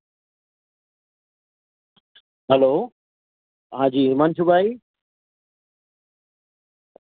hello હા જી હિમાંશુભાઈ